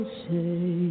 say